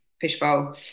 fishbowl